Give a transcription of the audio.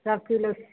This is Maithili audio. सब किलो